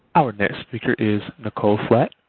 our next speaker is nicole flagg.